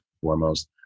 foremost